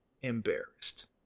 embarrassed